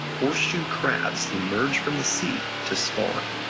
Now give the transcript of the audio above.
horseshoe crabs emerge from the sea to spawn.